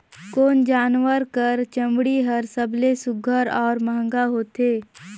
कोन जानवर कर चमड़ी हर सबले सुघ्घर और महंगा होथे?